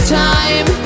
time